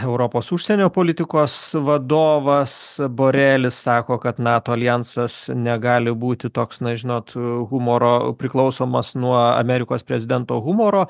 europos užsienio politikos vadovas borelis sako kad nato aljansas negali būti toks na žinot humoro priklausomas nuo amerikos prezidento humoro